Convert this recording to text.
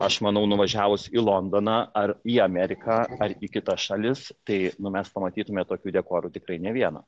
aš manau nuvažiavus į londoną ar į ameriką ar į kitas šalis tai nu mes pamatytume tokių dekorų tikrai ne vieną